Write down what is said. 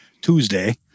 Tuesday